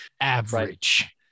average